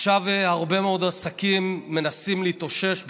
עכשיו הרבה מאוד עסקים מנסים להתאושש בקושי,